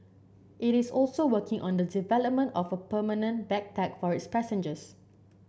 it is also working on the development of a permanent bag tag for its passengers